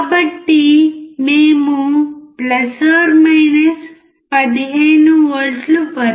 కాబట్టి మేము 15 V వర్తింపచేసాము